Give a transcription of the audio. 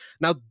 Now